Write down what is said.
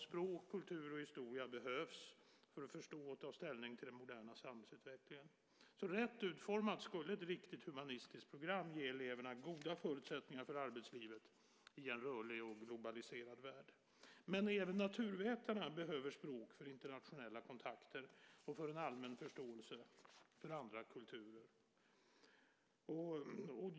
Språk, kultur och historia behövs för att man ska förstå och kunna ta ställning till den moderna samhällsutvecklingen. Rätt utformat skulle ett riktigt humanistiskt program ge eleverna goda förutsättningar för arbetslivet i en rörlig och globaliserad värld. Även naturvetarna behöver språk för internationella kontakter och för en allmän förståelse för andra kulturer.